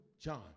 John